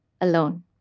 alone